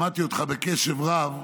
שמעתי אותך בקשב רב,